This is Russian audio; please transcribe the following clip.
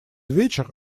вечер